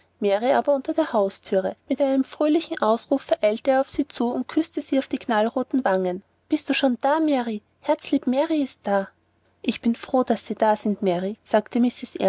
mary aber unter der hausthür mit einem fröhlichen ausrufe eilte er auf sie zu und küßte sie auf die knallroten wangen bist du schon da mary herzlieb mary ist da ich bin froh daß sie da sind mary sagte mrs